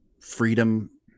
freedom